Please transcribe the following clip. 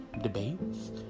debates